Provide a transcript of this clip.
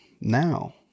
Now